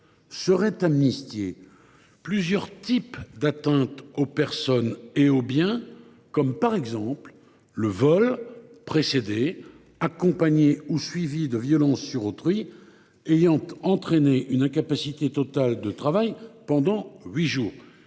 seraient amnistiés plusieurs types d’atteintes aux personnes et aux biens, comme le vol précédé, accompagné ou suivi de violences sur autrui ayant entraîné une incapacité totale de travail pendant huit jours.